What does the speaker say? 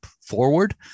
forward